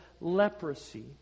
leprosy